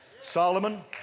Solomon